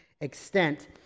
extent